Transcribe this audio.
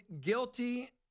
guilty